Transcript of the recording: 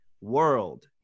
world